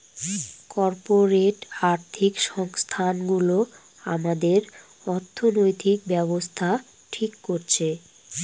corporate আর্থিক সংস্থানগুলো আমাদের অর্থনৈতিক ব্যাবস্থা ঠিক করছে